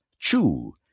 chew